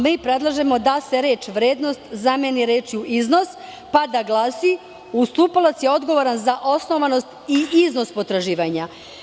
Mi predlažemo da se reč: "vrednost" zameni rečju: "iznos", pa da glasi: "Ustupalac je odgovoran za osnovanost i iznos potraživanja"